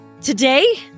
Today